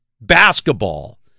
basketball